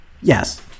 yes